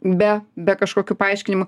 be be kažkokių paaiškinimų